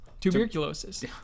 tuberculosis